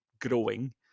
growing